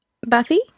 Buffy